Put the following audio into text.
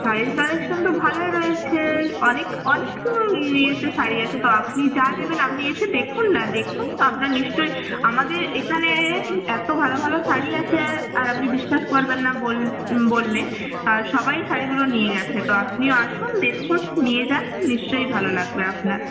শাড়ির কালেকশন তো ভালোই রয়েছে অনেক অনেক ইয়েতে শাড়ি আছে তো আপনি যা নেবেন আপনি এসে দেখুন না দেখুন আপনার নিশ্চয়ই আমাদের এখানে এত ভালো ভালো শাড়ি আছে আর আপনি বিশ্বাস করবেন না বললে আর সবাই শাড়িগুলো নিয়ে গিয়েছে তো আপনিও আসুন দেখুন নিয়ে যান নিশ্চয়ই ভালো লাগবে আপনার